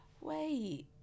wait